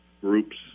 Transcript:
groups